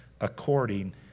according